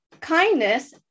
kindness